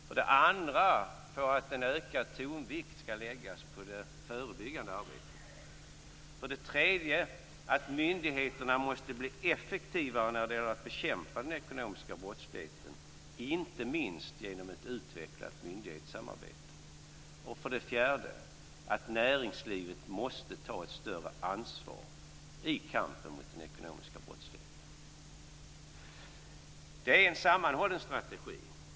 För det andra att en ökad tonvikt skall läggas på det förebyggande arbetet. För det tredje att myndigheterna måste bli effektivare när det gäller att bekämpa den ekonomiska brottsligheten, inte minst genom ett utvecklat myndighetssamarbete. För det fjärde att näringslivet måste ta ett större ansvar i kampen mot den ekonomiska brottsligheten. Det är en sammanhållen strategi.